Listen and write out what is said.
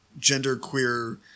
genderqueer